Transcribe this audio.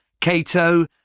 Cato